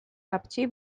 babci